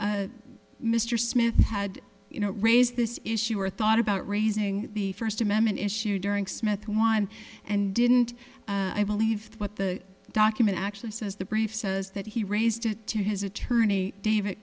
that mr smith you know raised this issue or thought about raising the first amendment issue during smith one and didn't i believe what the document actually says the brief says that he raised it to his attorney david